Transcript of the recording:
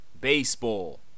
Baseball